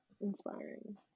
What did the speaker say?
inspiring